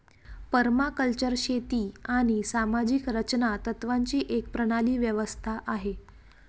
permaculture शेती आणि सामाजिक रचना तत्त्वांची एक प्रणाली व्यवस्था आहे